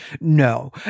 no